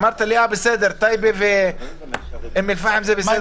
אמרת לי שטייבה ואום אל פאחם זה בסדר.